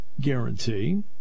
guarantee